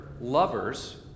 lovers